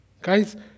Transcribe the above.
Guys